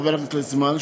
חבר הכנסת ליצמן,